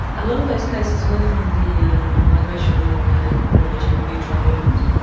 a lot of those cases were from the and migration and refugee review tribunals.